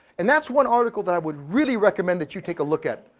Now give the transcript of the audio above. and that's one article that i would really recommend that you take a look at.